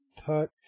touch